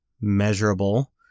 Measurable